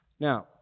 Now